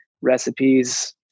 recipes